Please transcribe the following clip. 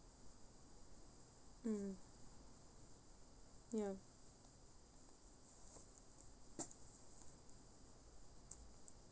mm ya